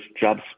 jobs